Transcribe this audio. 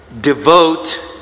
devote